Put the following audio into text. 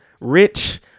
rich